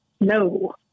No